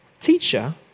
Teacher